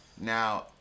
Now